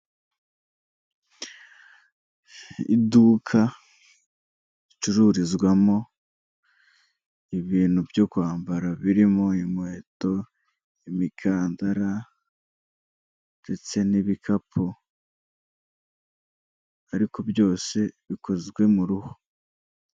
Iduka ricururizwamo ibintu byo kwambara birimo inkweto, imikandara ndetse n'ibikapu. Ariko byose bikozwe mu ruhu.